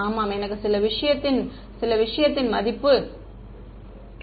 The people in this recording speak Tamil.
ஆமாம் எனக்கு சில விஷயத்தின் மதிப்பு இருக்கிறது